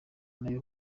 niyo